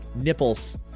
nipples